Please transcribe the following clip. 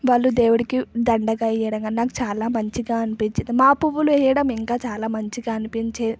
వాళ్ళు దేవుడికి దండగా వేయడం కాని నాకు చాలా మంచిగ అనిపించింది మా పువ్వులు వేయడం ఇంకా చాలా మంచిగ అనిపించే